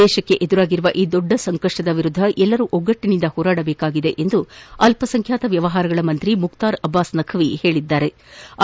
ದೇಶಕ್ಕೆ ಎದುರಾಗಿರುವ ಈ ದೊಡ್ಡ ಸಂಕಷ್ಟದ ವಿರುದ್ಧ ಎಲ್ಲರೂ ಒಗ್ಗಟ್ಟನಿಂದ ಹೋರಾಡಬೇಕಿದೆ ಎಂದು ಅಲ್ಪಸಂಖ್ಯಾತ ವ್ಯವಹಾರಗಳ ಸಚಿವ ಮುಕ್ತಾರ್ ಅಬ್ಬಾಸ್ ನಖ್ವಿ ಹೇಳದ್ದಾರೆ